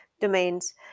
domains